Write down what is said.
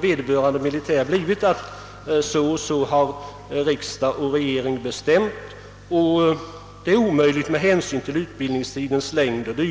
vederbörande befälsperson svarat, att så och så har riksdag och regering bestämt — det är omöjligt att bevilja ledighet med hänsyn till utbildningstidens längd o. d.